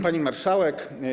Pani Marszałek!